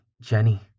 Jenny